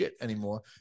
anymore